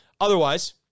Otherwise